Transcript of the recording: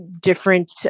different